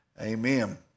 Amen